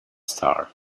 star